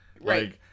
Right